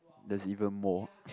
that's even more